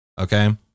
Okay